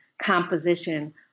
Composition